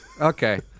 Okay